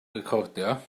recordio